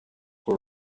for